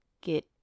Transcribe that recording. Get